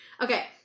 Okay